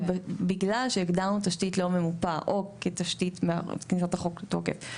כי בגלל שהגדרנו תשתית לא ממופה בכניסת החוק לתוקף,